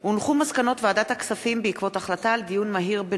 הצעת חוק הפיקוח על שירותים פיננסיים (ביטוח)